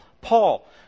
Paul